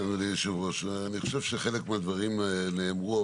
אני חושב שחלק מהדברים נאמרו,